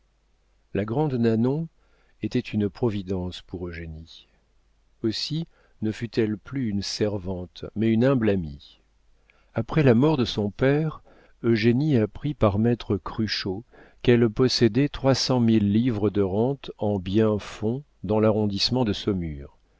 la grande nanon était une providence pour eugénie aussi ne fut-elle plus une servante mais une humble amie après la mort de son père eugénie apprit par maître cruchot qu'elle possédait trois cent mille livres de rente en biens-fonds dans l'arrondissement de saumur